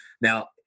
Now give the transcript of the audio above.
Now